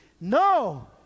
No